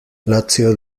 lazio